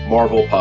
Marvel